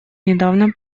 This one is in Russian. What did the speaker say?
недавно